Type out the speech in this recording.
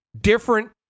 different